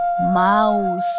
Mouse